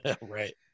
right